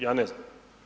Ja ne znam.